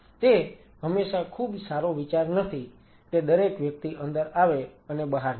તે હંમેશા ખૂબ સારો વિચાર નથી કે દરેક વ્યક્તિ અંદર આવે અને બહાર નીકળે